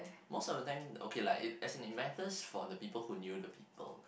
most of the time okay lah it as in it matters for the people who knew the people